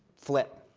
flip.